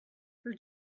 her